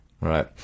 Right